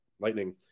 Lightning